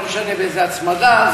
לא משנה באיזו הצמדה,